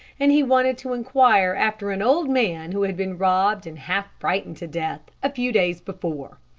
and he wanted to inquire after an old man who had been robbed and half frightened to death, a few days before.